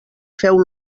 feu